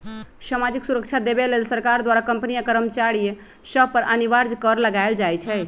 सामाजिक सुरक्षा देबऐ लेल सरकार द्वारा कंपनी आ कर्मचारिय सभ पर अनिवार्ज कर लगायल जाइ छइ